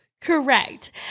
correct